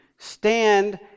stand